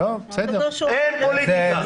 אין פוליטיקה.